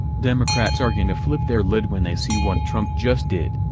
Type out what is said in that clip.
democrats are gonna flip their lid when they see what trump just did.